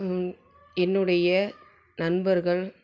என்னுடைய நண்பர்கள்